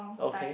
okay